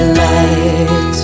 light